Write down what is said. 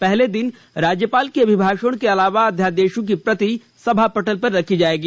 पहले दिन राज्यपाल के अभिभाषण के अलावा अध्यादेशों की प्रति सभा पटल पर रखी जाएगी